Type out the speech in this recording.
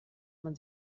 man